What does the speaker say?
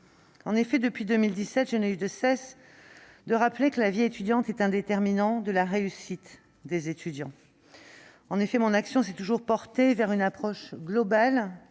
ans. Depuis 2017, je n'ai eu de cesse de rappeler que la vie étudiante est un facteur déterminant de la réussite des étudiants. En effet, mon action s'est toujours portée vers une approche globale